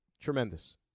tremendous